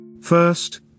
First